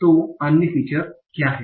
तो अन्य फीचर्स क्या हैं